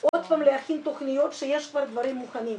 אפשר להפנות את השאלה למשרד האוצר.